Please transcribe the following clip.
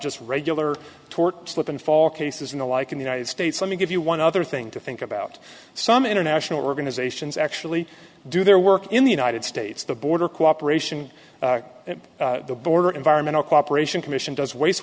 just regular tort slip and fall cases in the like in the united states let me give you one other thing to think about some international organizations actually do their work in the united states the border cooperation the border environmental cooperation commission does waste